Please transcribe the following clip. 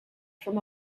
from